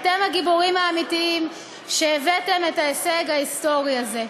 אתם הגיבורים האמיתיים שהבאתם את ההישג ההיסטורי הזה.